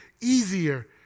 easier